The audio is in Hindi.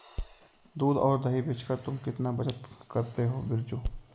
दूध और दही बेचकर तुम कितना बचत करते हो बिरजू?